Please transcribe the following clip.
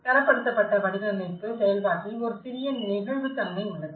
தரப்படுத்தப்பட்ட வடிவமைப்பு செயல்பாட்டில் ஒரு சிறிய நெகிழ்வுத்தன்மை உள்ளது